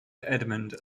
edmund